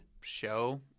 show